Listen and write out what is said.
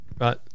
Right